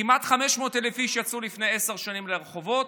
כמעט 500,000 איש יצאו לפני עשר שנים לרחובות,